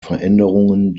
veränderungen